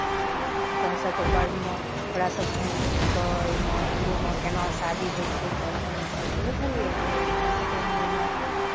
तोहरसभके पर्वमे तोरा सभके एहिमे हिन्दूमे केना शादी होइ छै तऽ हमसभ कहै छलियै जे हमरासभके हिन्दूमे